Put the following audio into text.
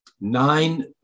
nine